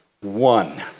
one